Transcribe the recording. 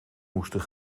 moesten